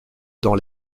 dans